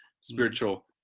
spiritual